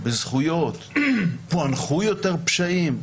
בזכויות, האם פוענחו יותר פשעים.